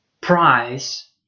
price